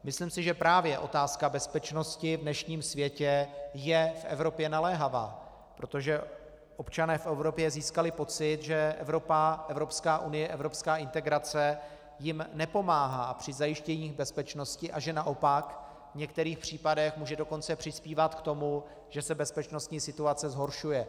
Myslím si, že právě otázka bezpečnosti v dnešním světě je v Evropě naléhavá, protože občané v Evropě získali pocit, že Evropa, Evropská unie, evropská integrace jim nepomáhá při zajištění bezpečnosti a že naopak v některých případech může dokonce přispívat k tomu, že se bezpečnostní situace zhoršuje.